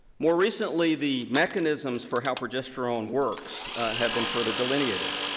more recently, the mechanisms for how progesterone works have been further delineated.